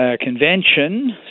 convention